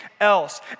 else